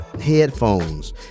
headphones